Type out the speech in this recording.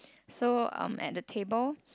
so um at the table